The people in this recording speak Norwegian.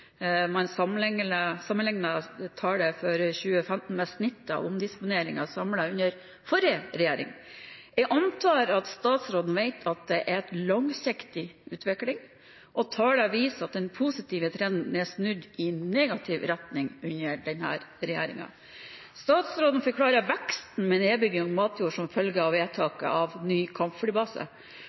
med snittet av samlet omdisponering under forrige regjering. Jeg antar at statsråden vet at det er en langsiktig utvikling, og tallene viser at den positive trenden er snudd i negativ retning under denne regjeringen. Statsråden forklarer at økningen i nedbygging av matjord er en følge av vedtaket om ny kampflybase.